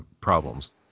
problems